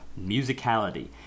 musicality